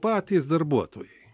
patys darbuotojai